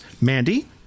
Mandy